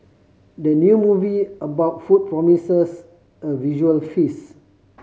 the new movie about food promises a visual feast